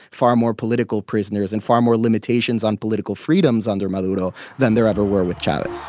far more political prisoners and far more limitations on political freedoms under maduro than there ever were with chavez.